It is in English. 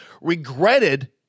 regretted